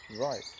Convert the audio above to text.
Right